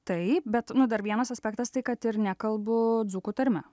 taip bet nu dar vienas aspektas tai kad ir nekalbu dzūkų tarme